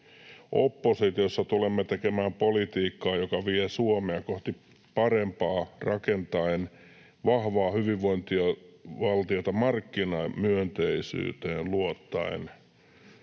”Oppositiossa tulemme tekemään politiikkaa, joka vie Suomea kohti parempaa rakentaen vahvaa hyvinvointivaltiota markkinamyönteisyyteen luottaen.”